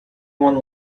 one